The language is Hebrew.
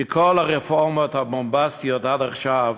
כי כל הרפורמות הבומבסטיות עד עכשיו,